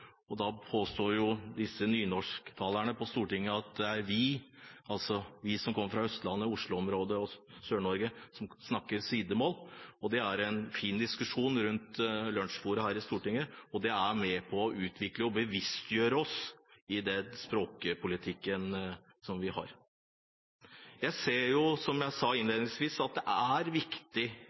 øyet. Da påstår nynorsktalerne på Stortinget at det er vi, altså vi som kommer fra Østlandet og Oslo-området – Sør-Norge – som snakker sidemål. Det er en fin diskusjon rundt lunsjbordet i Stortinget, og det er med på å utvikle og bevisstgjøre oss i språkpolitikken. Jeg ser, som jeg sa innledningsvis, at det er viktig